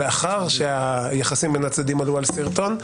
לאחר שהיחסים בין הצדדים עלו על שרטון,